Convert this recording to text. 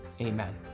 Amen